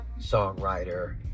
songwriter